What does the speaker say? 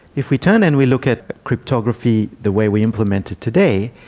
if we turn and we look at cryptography, the way we implement it today,